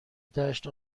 دشت